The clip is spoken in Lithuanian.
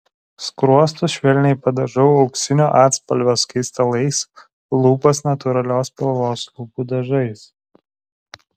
skruostus švelniai padažau auksinio atspalvio skaistalais lūpas natūralios spalvos lūpų dažais